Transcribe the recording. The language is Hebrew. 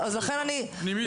לא.